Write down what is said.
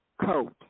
coat